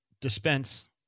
dispense